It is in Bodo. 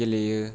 गेलेयो